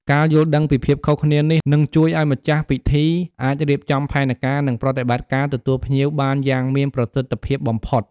ការយល់ដឹងពីភាពខុសគ្នានេះ នឹងជួយឲ្យម្ចាស់ពិធីអាចរៀបចំផែនការ និងប្រតិបត្តិការទទួលភ្ញៀវបានយ៉ាងមានប្រសិទ្ធភាពបំផុត។